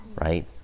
right